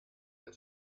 del